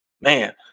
man